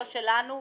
לא שלנו,